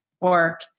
work